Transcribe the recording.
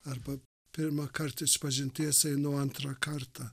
arba pirmą kartą išpažinties einu antrą kartą